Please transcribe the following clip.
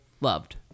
loved